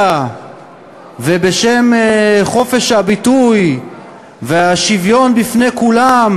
ובשם חופש הביטוי והשוויון בפני כולם,